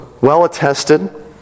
well-attested